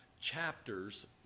chapters